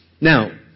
Now